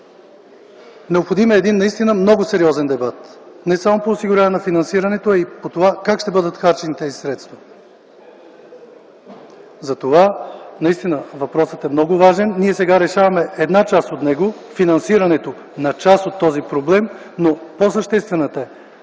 Необходим е един наистина много сериозен дебат не само по осигуряване на финансирането, а и по това как ще бъдат харчени тези средства. Затова наистина въпросът е много важен. Ние сега решаваме една част от него – финансирането на част от този проблем, но по-съществената,